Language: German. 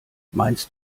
meinst